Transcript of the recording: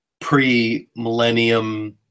pre-millennium